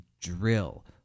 drill